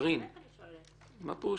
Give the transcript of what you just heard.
קארין, מה פירוש?